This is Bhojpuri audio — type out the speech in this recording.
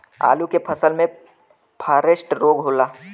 आलू के फसल मे फारेस्ट रोग होला?